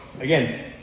again